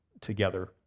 together